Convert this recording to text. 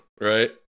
right